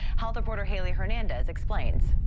health reporter haley hernandez explains.